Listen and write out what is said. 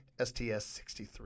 STS-63